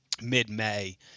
mid-May